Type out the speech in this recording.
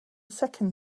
second